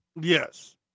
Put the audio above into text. Yes